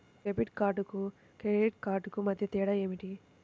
Debit కార్డుకు credit credit కార్డుకు మధ్య తేడా ఏమిటీ?